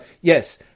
Yes